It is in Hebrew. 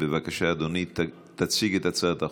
בבקשה, אדוני, הודעה.